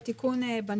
יש תיקון בניסוח.